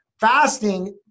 fasting